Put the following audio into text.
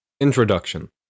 Introduction